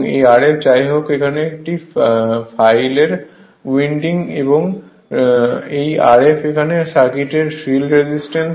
এই Rf যাইহোক এটি এই ফাইলের উইন্ডিং এবং এই Rf এখানে সার্কিটের ফিল্ড রেজিস্ট্যান্স